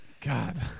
God